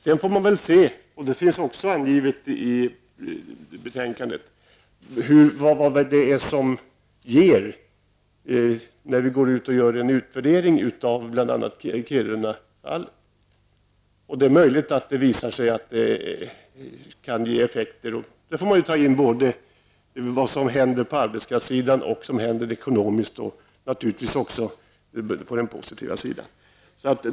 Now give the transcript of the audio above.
Sedan får vi se -- det finns också med i betänkandet -- vad som kommer fram när vi gör en utvärdering av Kirunafallet. Det är möjligt att det visar sig kunna ge effekter. Man får ta med både vad som händer på arbetskraftsidan och ekonomiskt och naturligtvis också på den positiva sidan.